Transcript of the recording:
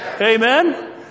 Amen